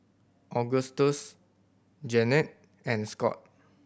Augustus Jeanette and Scott